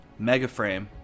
Megaframe